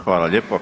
Hvala lijepa.